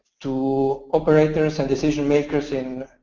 to operators and decision makers in